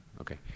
Okay